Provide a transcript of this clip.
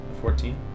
Fourteen